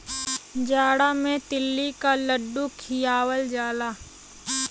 जाड़ा मे तिल्ली क लड्डू खियावल जाला